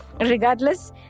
Regardless